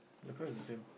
I thought is same